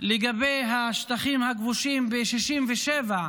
לגבי השטחים הכבושים ב-1967,